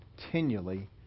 continually